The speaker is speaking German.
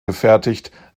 gefertigt